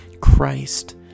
Christ